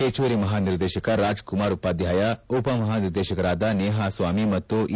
ಪಚ್ಚುವರಿ ಮಹಾನಿರ್ದೇಶಕ ರಾಜ್ಕುಮಾರ್ ಉಪಾಧ್ವಾಯ ಉಪ ಮಹಾನಿರ್ದೇಶಕರಾದ ನೇಹಾ ಸ್ವಾಮಿ ಮತ್ತು ಎ